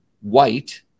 white